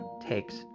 takes